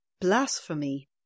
blasphemy